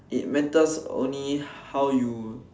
it matters only how you